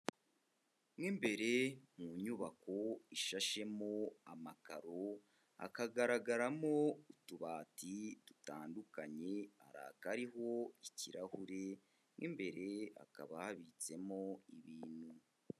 Mo imbere mu nyubako ishashemo amakaro, hakagaragaramo utubati dutandukanye hari akariho ikirahure mo imbere hakaba habitsemo ibintu.